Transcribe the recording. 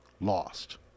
lost